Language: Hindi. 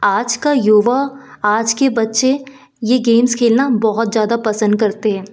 आज का युवा आज के बच्चे यह गेम्स खेलना बहुत ज़्यादा पसंद करते हैं